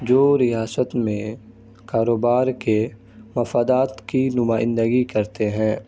جو ریاست میں کاروبار کے مفادات کی نمائندگی کرتے ہیں